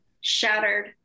shattered